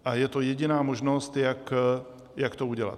A je to jediná možnost, jak to udělat.